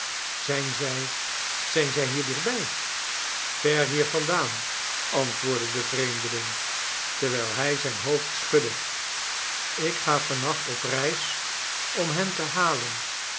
zijn zij zijn zij hier dichtbij ver hier vandaan antwoordde de vreemdeling terwijl hij zijn hoofd schudde ik ga van nacht op reis om hen te halen